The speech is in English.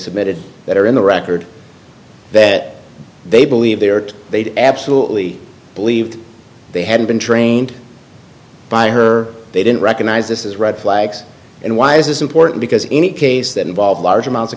submitted that are in the record that they believe there are two they absolutely believed they had been trained by her they didn't recognize this as red flags and why is this important because any case that involves large amounts of